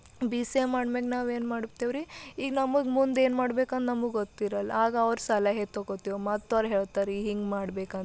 B C A ಮಾಡ್ಮೇಗ ನಾವು ಏನು ಮಾಡ್ತೇವ್ರಿ ಈಗ ನಮಗೆ ಮುಂದೇನು ಮಾಡ್ಬೇಕಂದು ನಮಗೆ ಗೊತ್ತಿರಲ್ಲ ಆಗ ಅವ್ರ ಸಲಹೆ ತೊಗೊಂತೇವ್ ಮತ್ತು ಅವ್ರು ಹೇಳ್ತಾರ ರೀ ಹಿಂಗ ಮಾಡ್ಬೇಕಂತ